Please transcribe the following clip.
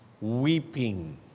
Weeping